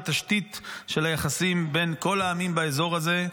כתשתית של היחסים בין כל העמים באזור הזה.